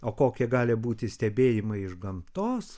o kokie gali būti stebėjimai iš gamtos